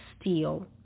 steel